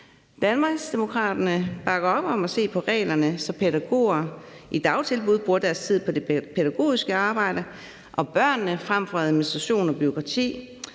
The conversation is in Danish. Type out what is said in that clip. Danmarksdemokraterne bakker op om at se på reglerne, så pædagogerne i dagtilbud bruger deres tid på det pædagogiske arbejde og børnene frem for på administration og bureaukrati,